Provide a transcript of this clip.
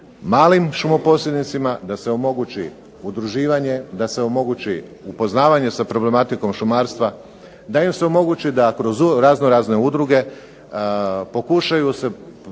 malim šumoposjednicima, da se omogući udruživanje, da se omogući upoznavanje sa problematikom šumarstva, da im se omogući da kroz raznorazne udruge pokušaju se